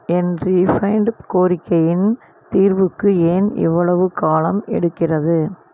என் refund கோரிக்கையின் தீர்வுக்கு ஏன் இவ்வளவு காலம் எடுக்கிறது